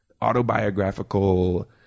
autobiographical